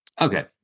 Okay